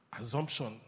assumption